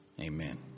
Amen